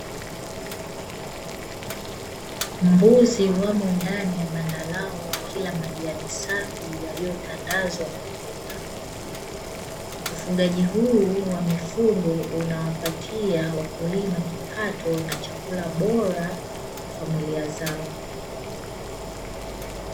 Mbuzi wamo ndani ya banda lao wakila majani safi yaliyotandazwa kwa ajili yao. Ufugaji huu wa mifugo unawapatia wakulima kipato na chakula bora kwa familia zao.